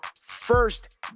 first